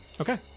Okay